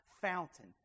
fountain